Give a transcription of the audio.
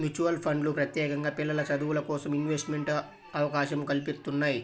mutual ఫండ్లు ప్రత్యేకంగా పిల్లల చదువులకోసం ఇన్వెస్ట్మెంట్ అవకాశం కల్పిత్తున్నయ్యి